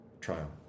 trial